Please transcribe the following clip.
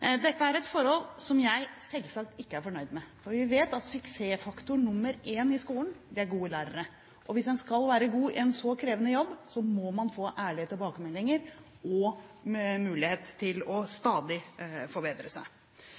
Dette er et forhold som jeg selvsagt ikke er fornøyd med, for vi vet at suksessfaktor nr. 1 i skolen er gode lærere. Hvis man skal være god i en så krevende jobb, må man få ærlige tilbakemeldinger og mulighet til stadig å forbedre seg.